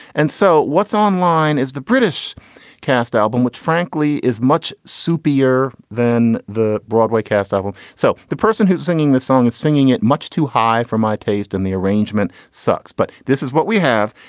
and so what's on line is the british cast album, which frankly, is much superior than the broadway cast album. so the person who's singing the song is singing it much too high for my taste and the arrangement sucks. but this is what we have.